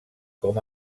com